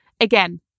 Again